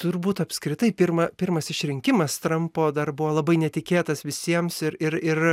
turbūt apskritai pirma pirmas išrinkimas trampo dar buvo labai netikėtas visiems ir ir ir